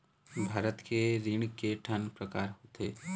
भारत के ऋण के ठन प्रकार होथे?